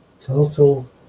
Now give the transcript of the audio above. total